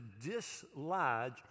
dislodge